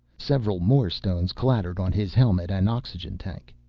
several more stones clattered on his helmet and oxygen tank.